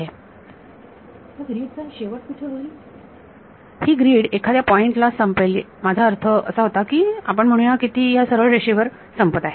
विद्यार्थी हा ग्रीड चा शेवट कुठे होईल ही ग्रीड एखाद्या पॉइंटला संपेल माझा चा अर्थ होता की आपण म्हणूया कि ती ह्या सरळ रेषेवर संपत आहे